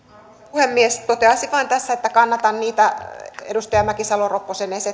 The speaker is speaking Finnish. puhemies toteaisin vain tässä että kannatan niitä edustaja mäkisalo ropposen